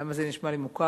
למה זה נשמע לי מוכר?